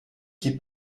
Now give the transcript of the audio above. qui